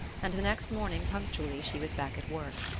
and the next morning punctually she was back at work.